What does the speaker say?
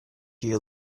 you